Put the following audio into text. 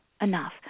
enough